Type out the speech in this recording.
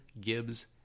Gibbs